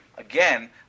again